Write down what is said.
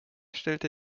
stellte